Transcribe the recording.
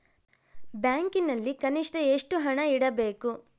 ಬ್ಯಾಂಕಿನಲ್ಲಿ ಕನಿಷ್ಟ ಎಷ್ಟು ಹಣ ಇಡಬೇಕು?